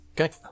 Okay